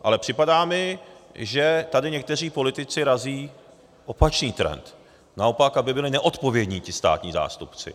Ale připadá mi, že tady někteří politici razí opačný trend, aby naopak byli neodpovědní ti státní zástupci.